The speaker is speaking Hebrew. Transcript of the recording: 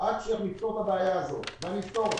עד שנפתור את הבעיה הזאת, ואנחנו נפתור אותה.